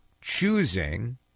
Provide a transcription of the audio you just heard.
choosing